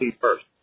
first